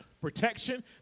Protection